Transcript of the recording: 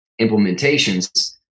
implementations